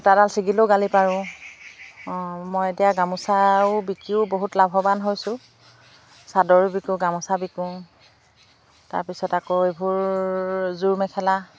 সূতাডাল ছিগিলেও গালি পাৰোঁ মই এতিয়া গামোচাও বিকিও বহুত লাভৱান হৈছোঁ চাদৰো বিকো গামোচা বিকো তাৰপিছত আকৌ এইবোৰ জোৰ মেখেলা